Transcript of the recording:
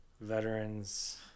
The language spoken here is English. veterans